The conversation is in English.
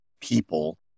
people